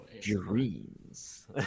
Dreams